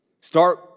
Start